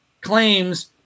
claims